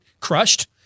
crushed